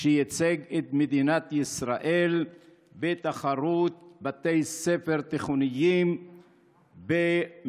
שייצג את מדינת ישראל בתחרות בתי ספר תיכוניים במקצוע